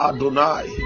Adonai